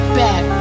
bad